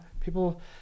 people